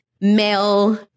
male